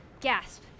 gasp